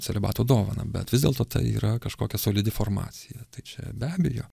celibato dovaną bet vis dėlto tai yra kažkokia solidi formacija tai čia be abejo